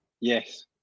yes